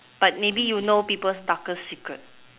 but maybe you know people's darkest secret